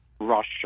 Russia